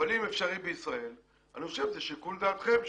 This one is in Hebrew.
אבל אם אפשרי בישראל אני חושב שזה שיקול דעתכם,